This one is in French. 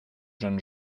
jeunes